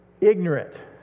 ignorant